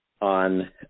on